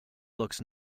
looks